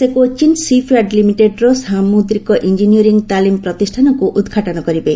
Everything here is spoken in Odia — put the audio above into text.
ସେ କୋଚିନ୍ ଶିପ୍ୟାର୍ଡ୍ ଲିମିଟେଡ୍ର ସାମୁଦ୍ରିକ ଇଞ୍ଜିନିୟରିଙ୍ଗ ତାଲିମ ପ୍ରତିଷ୍ଠାନକୁ ଉଦ୍ଘାଟନ କରିବେ